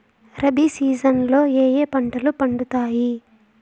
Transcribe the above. rabi season లో ఏ ఏ పంటలు పండుతాయి